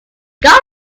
god